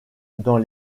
dans